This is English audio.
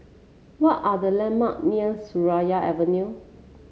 what are the landmark near Seraya Avenue